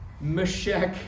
Meshach